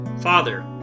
Father